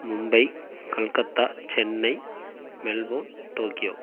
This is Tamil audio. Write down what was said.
Mumbai Calcutta Chennai Melbourne Tokyo